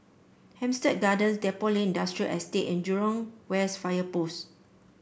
Hampstead Gardens Depot Lane Industrial Estate and Jurong West Fire Post